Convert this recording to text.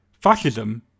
fascism